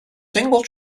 single